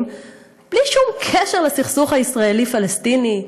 בלי שום קשר לסכסוך הישראלי פלסטיני.